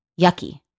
yucky